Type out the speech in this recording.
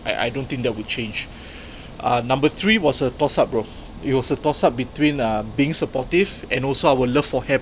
I I don't think that would change uh number three was a tossed up bro it was a tossed up between uh being supportive and also our love for